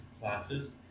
classes